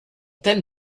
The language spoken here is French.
thème